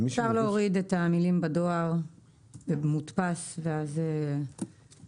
אפשר להוריד את המילים "בדואר" "במודפס" ואז להשאיר